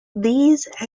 these